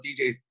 DJs